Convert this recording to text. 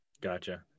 gotcha